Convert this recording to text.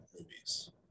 movies